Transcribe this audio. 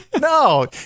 No